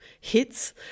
hits